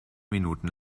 minuten